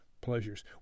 pleasures